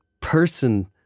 person